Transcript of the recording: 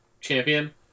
champion